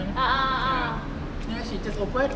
uh uh uh